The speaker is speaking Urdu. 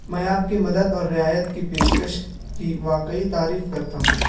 میں آپ کی مدد اور رعایت کی پیشکش کی واقعی تعریف کرتا ہوں